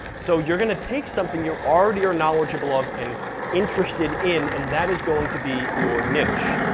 so you're gonna take something you're already, are knowledgeable of, and interested in, and that is going to be your niche.